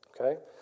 Okay